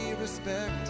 respected